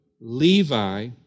Levi